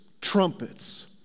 trumpets